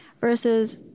versus